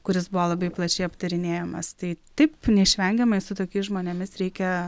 kuris buvo labai plačiai aptarinėjamas tai taip neišvengiama ir su tokiais žmonėmis reikia